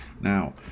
Now